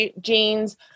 jeans